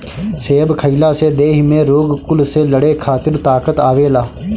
सेब खइला से देहि में रोग कुल से लड़े खातिर ताकत आवेला